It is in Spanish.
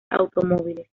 automóviles